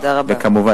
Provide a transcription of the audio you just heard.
וכמובן,